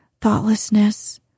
Thoughtlessness